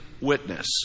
witness